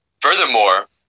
Furthermore